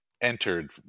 entered